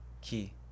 key